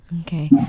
Okay